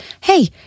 Hey